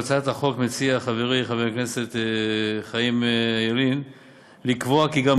בהצעת החוק מציע חברי חבר הכנסת חיים ילין לקבוע כי גם